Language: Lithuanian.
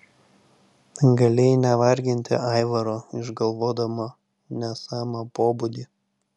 galėjai nevarginti aivaro išgalvodama nesamą pobūvį